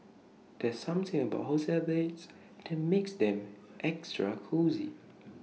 there's something about hotel beds that makes them extra cosy